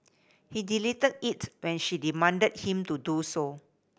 he deleted it when she demanded him to do so